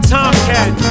Tomcat